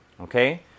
Okay